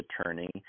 attorney